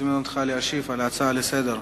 אני מזמין אותך להשיב על ההצעה לסדר-היום.